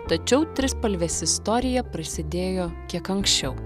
tačiau trispalvės istorija prasidėjo kiek anksčiau